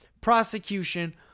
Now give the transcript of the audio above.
prosecution